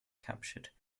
captured